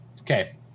Okay